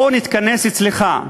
בוא נתכנס אצלך,